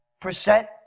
percent